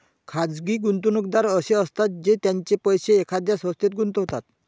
खाजगी गुंतवणूकदार असे असतात जे त्यांचे पैसे एखाद्या संस्थेत गुंतवतात